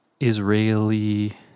Israeli